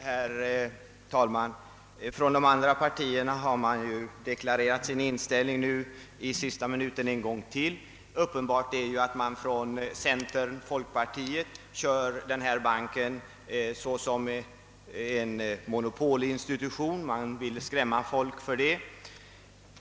Herr talman! I sista minuten har man nu från de andra partierna på nytt deklarerat sin inställning, och uppenbart är att centern-folkpartiet betraktar investeringsbanken som en monopolinstitution, som man vill skrämma människor med.